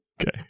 Okay